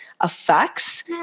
effects